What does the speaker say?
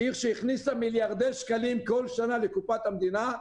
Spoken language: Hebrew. עיר שהכניסה כל שנה מיליארדי שקלים לקופת המדינה.